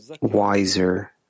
wiser